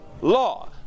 Law